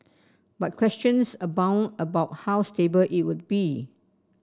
but questions abound about how stable it would be